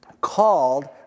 called